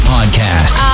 Podcast